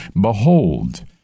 behold